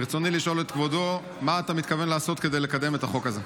רצוני לשאול את כבודו: מה אתה מתכוון לעשות כדי לקדם את החוק הזה?